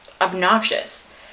obnoxious